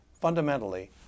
fundamentally